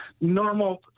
normal